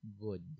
good